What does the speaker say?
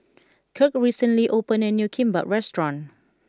Kirk recently opened a new Kimbap restaurant